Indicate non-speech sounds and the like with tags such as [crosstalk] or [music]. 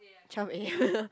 twelve a_m [laughs]